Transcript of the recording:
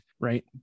right